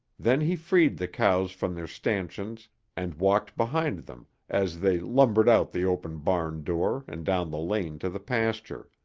then he freed the cows from their stanchions and walked behind them as they lumbered out the open barn door and down the lane to the pasture.